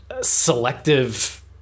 selective